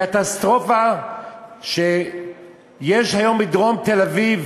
הקטסטרופה שיש היום בדרום תל-אביב,